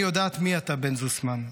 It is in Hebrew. אני יודעת מי אתה בן זוסמן.